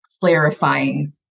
clarifying